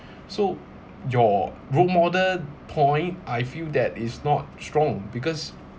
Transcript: so your role model point I feel that is not strong because